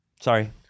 Sorry